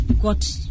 got